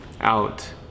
out